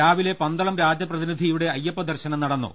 രാവിലെ പന്തളം രാജപ്രതിനിധിയുടെ അയ്യപ്പ ദർശനം നടന്നു